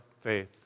faith